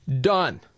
done